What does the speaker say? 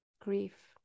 grief